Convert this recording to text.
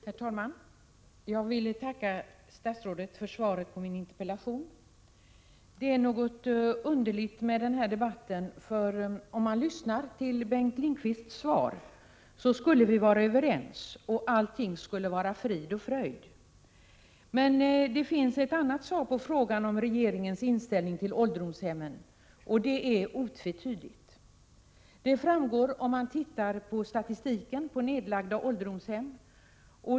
Herr talman! Jag vill tacka statsrådet för svaret på min interpellation. Det är något underligt med denna debatt. Om man lyssnar till Bengt Lindqvists svar får man uppfattningen att vi skulle vara överens och att allting skulle vara frid och fröjd. Men det finns ett annat svar på frågan om regeringens inställning till ålderdomshemmen, och det är otvetydigt. Det framgår av statistiken över nedlagda ålderdomshem.